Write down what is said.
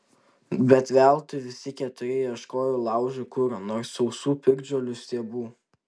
bet veltui visi keturi ieškojo laužui kuro nors sausų piktžolių stiebų